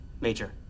major